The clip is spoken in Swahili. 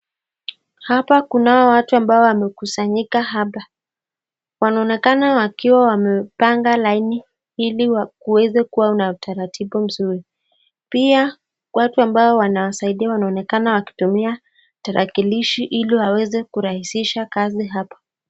Hapa kunao watu ambao wamekusanyika hapa wanaonekana kuwa wamepanga laini ili kuweze kuwa na utaratibu mzuri pia watu ambao wanasaidia wanaonekana wakitumia tarakilishi ili waweze kurahisisha kazi hapa.